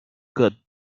good